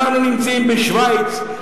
אנחנו נמצאים בשווייץ,